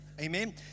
amen